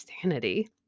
sanity